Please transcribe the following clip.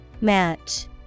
Match